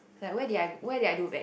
like where did I where did I do badly